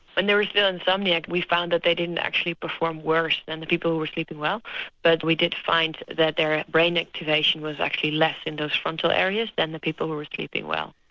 and were still insomniac we found that they didn't actually perform worse than the people who were sleeping well but we did find that their brain activation was actually less in those frontal areas than the people who were sleeping well.